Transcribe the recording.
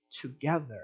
together